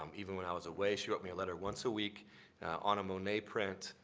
um even when i was away. she wrote me a letter once a week on a monet print,